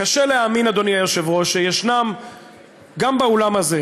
קשה להאמין, אדוני היושב-ראש, שיש, גם באולם הזה,